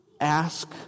ask